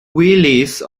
willys